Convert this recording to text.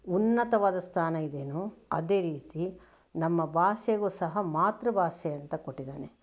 ಉನ್ನತವಾದ ಸ್ಥಾನ ಇದೆಯೋ ಅದೇ ರೀತಿ ನಮ್ಮ ಭಾಷೆಗೂ ಸಹ ಮಾತೃ ಭಾಷೆ ಅಂತ ಕೊಟ್ಟಿದ್ದಾನೆ